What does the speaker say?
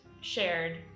shared